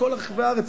בכל רחבי הארץ,